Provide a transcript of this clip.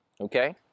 Okay